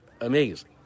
amazing